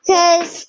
Cause